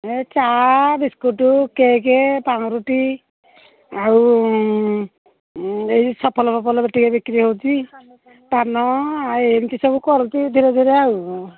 ଏ ଚା' biscuit cake ପାଉଁରୁଟି ଆଉ ଏଇ ସଫଲ ଫଫଲ ଟିକେ ବିକ୍ରି ହେଉଛି ପାନ ଆଉ ଏମିତି ସବୁ କରୁଛି ଧୀରେ ଧୀରେ ଆଉ